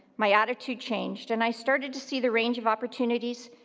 my attitude changed and i started to see the range of opportunities,